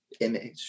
image